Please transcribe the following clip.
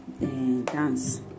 dance